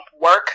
Work